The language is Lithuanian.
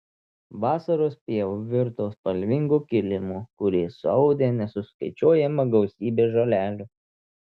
vasaros pieva virto spalvingu kilimu kurį suaudė nesuskaičiuojama gausybė žolelių